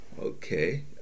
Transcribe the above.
Okay